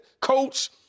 coach